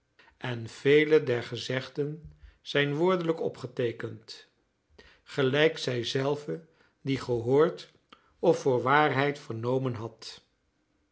en vele der gezegden zijn woordelijk opgeteekend gelijk zij zelve die gehoord of voor waarheid vernomen had